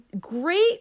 great